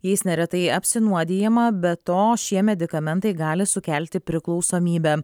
jais neretai apsinuodijama be to šie medikamentai gali sukelti priklausomybę